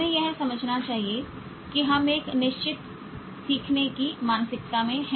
हमें यह समझना चाहिए कि हम एक निश्चित सीखने की मानसिकता में हैं